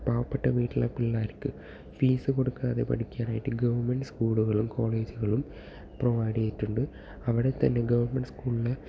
പാവപെട്ട വീട്ടിലെ പിള്ളേർക്ക് ഫീസ്സ് കൊടുക്കാതെ പഠിക്കാനായിട്ട് ഗവൺമെൻട് സ്കൂളുകളും കോളേജുകളും പ്രൊവൈഡ് ചെയ്തിട്ടുണ്ട് അവിടെത്തന്നെ ഗവൺമെൻട് സ്കൂളിലെ